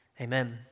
amen